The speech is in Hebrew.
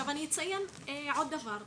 אני אציין דבר נוסף,